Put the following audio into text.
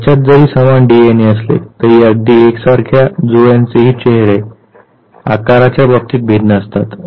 त्यांच्यात जरी समान डीएनए असले तरी अगदी एकसारख्या जुळ्यांचेही चेहरे आकाराच्या बाबतीत भिन्न असतात